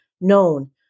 known